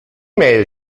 mail